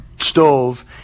stove